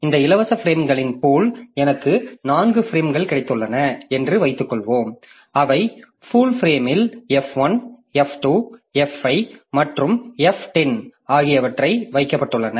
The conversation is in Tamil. இந்த இலவச பிரேம்களின் பூல் எனக்கு நான்கு பிரேம்கள் கிடைத்துள்ளன என்று வைத்துக்கொள்வோம் அவை பூல் ஃபிரேமில் f1 f2 f5 மற்றும் f10 ஆகியவற்றில் வைக்கப்பட்டுள்ளன